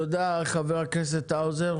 תודה חבר הכנסת האוזר.